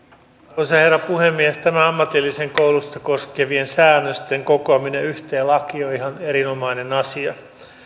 arvoisa herra puhemies tämä ammatillista koulutusta koskevien säännösten kokoaminen yhteen lakiin on ihan erinomainen asia